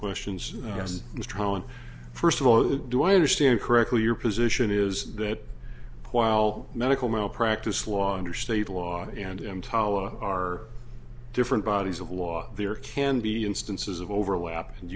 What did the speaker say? questions yes first of all the do i understand correctly your position is that while medical malpractise longer state law and emtala are different bodies of law there can be instances of overlap and